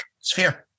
sphere